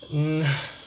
mm